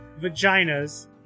vaginas